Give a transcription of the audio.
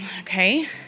okay